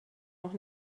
noch